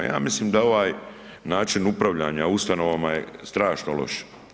Ja mislim da ovaj način upravljanja ustanovama je strašno loš.